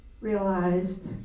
realized